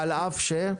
על אף ש-?